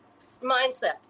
mindset